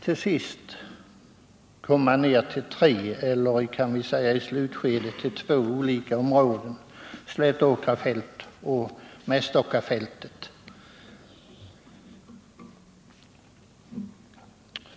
I utredningens slutskede hade man kommit ned till två tänkbara områden, Slättåkrafältet och Mästockafältet.